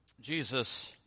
Jesus